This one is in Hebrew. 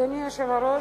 אדוני היושב-ראש,